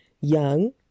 young